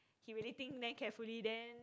he really think damn carefully then